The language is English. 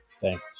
Thanks